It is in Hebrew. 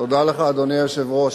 תודה לך, אדוני היושב-ראש.